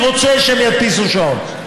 אני רוצה שהן יחתימו שעון.